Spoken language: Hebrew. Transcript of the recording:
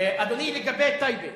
אדוני, לגבי טייבה,